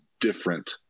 different